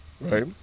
Right